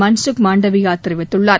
மன்சுக் மாண்டவியா தெரிவித்துள்ளார்